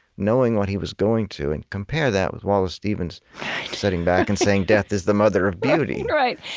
knowing what he was going to, and compare that with wallace stevens sitting back and saying, death is the mother of beauty. right,